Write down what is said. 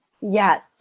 Yes